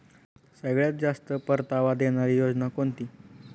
सगळ्यात जास्त परतावा देणारी योजना कोणती?